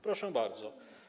Proszę bardzo.